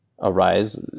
arise